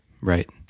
right